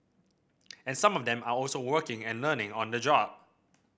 and some of them are also working and learning on the job